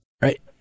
right